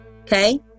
Okay